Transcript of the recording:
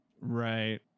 Right